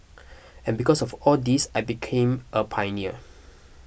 and because of all this I became a pioneer